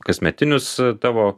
kasmetinius tavo